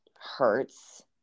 hurts